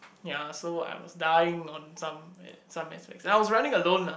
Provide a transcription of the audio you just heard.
ya so I was dying on some some aspects ya I was running alone lah